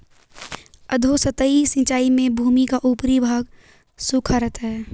अधोसतही सिंचाई में भूमि का ऊपरी भाग सूखा रहता है